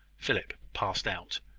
philip passed out.